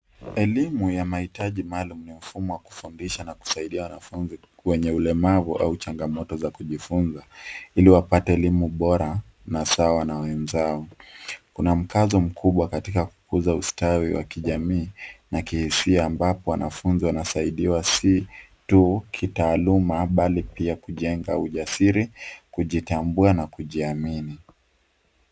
Elimu ya mahitaji maalum ni mfumo wa kufundisha na kusaidia wanafunzi wenye ulemavu au changamoto za kujifunza ili wapate elimu bora na sawa na wenzao. Kuna mkazo mkubwa katika kukuza ustawi wa kijamii na kihisia ,ambapo wanafunzi wanasaidiwa si tu kitaaluma bali pia kujenga ujasiri ,kujitambua na kujiamini.